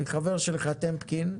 מחבר שלך טמקין,